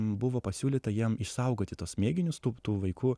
buvo pasiūlyta jiem išsaugoti tuos mėginius tų tų vaikų